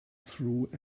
through